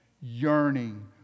yearning